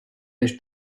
než